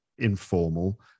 informal